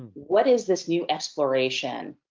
what is this new exploration,